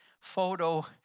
photo